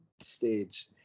stage